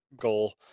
goal